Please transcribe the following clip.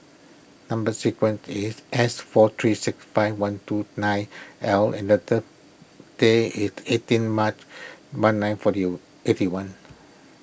Number Sequence is S four three six five one two nine L and day is eighteen March one nine forty eighty one